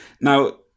Now